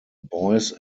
boys